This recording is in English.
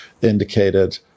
indicated